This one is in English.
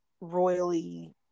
royally